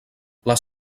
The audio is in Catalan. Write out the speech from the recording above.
les